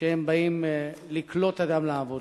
כשהם באים לקלוט אדם לעבודה.